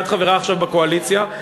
ואת חברה עכשיו בקואליציה,